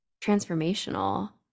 Transformational